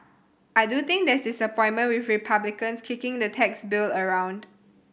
I do think there's disappointment with Republicans kicking the tax bill around